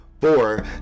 four